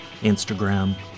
Instagram